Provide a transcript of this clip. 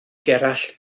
gerallt